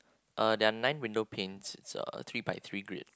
uh there are nine windows panes it's uh three by three grids